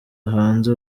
hanze